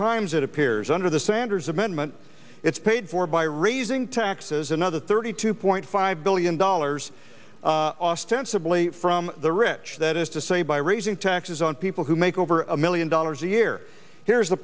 times it appears under the sanders amendment it's paid for by raising taxes another thirty two point five billion dollars ostensibly from the rich that is to say by raising taxes on people who make over a million dollars a year here's